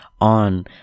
on